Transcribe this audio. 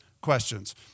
questions